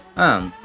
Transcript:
and,